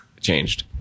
changed